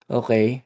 okay